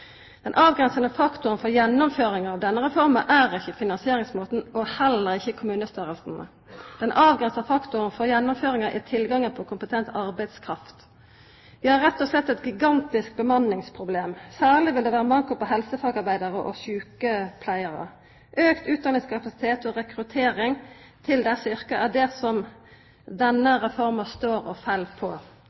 Den avgrensande faktoren for gjennomføring av denne reforma er ikkje finansieringsmåten og heller ikkje kommunestørrelse, den avgrensande faktoren er tilgangen på kompetent arbeidskraft. Vi har rett og slett eit gigantisk bemanningsproblem. Særleg vil det vera manko på helsefagarbeidarar og sjukepleiarar. Auka utdanningskapasitet og rekruttering til desse yrka er det som denne reforma står og fell på.